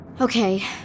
Okay